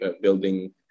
building